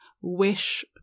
wish